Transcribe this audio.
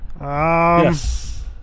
Yes